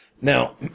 Now